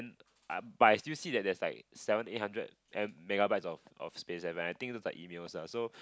mm but I still see that there's like seven eight hundred M megabytes of of space eh but I think look like email lah so